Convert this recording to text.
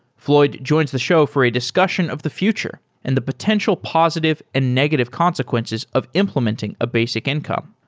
floyd joins the show for a discussion of the future and the potential positive and negative consequences of implementing a basic income.